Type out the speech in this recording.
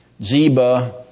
Zeba